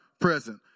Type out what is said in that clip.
present